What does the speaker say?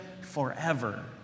forever